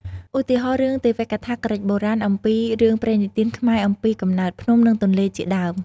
ឧទាហរណ៍ រឿងទេវកថាក្រិកបុរាណអំពី ឬរឿងនិទានខ្មែរអំពីកំណើតភ្នំ និងទន្លេជាដើម ។